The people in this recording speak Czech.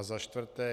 Za čtvrté?